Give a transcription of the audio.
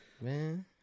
Man